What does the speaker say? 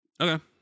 okay